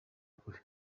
kure